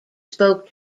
spoke